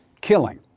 killing